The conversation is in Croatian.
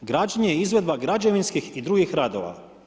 Građenje je izvedba građevinskih i drugih radova.